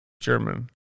German